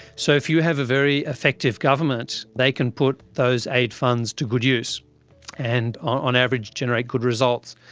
so if you have a very effective government, they can put those aid funds to good use and on average generate good results.